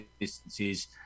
distances